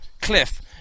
cliff